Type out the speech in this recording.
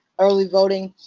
early voting.